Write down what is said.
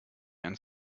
and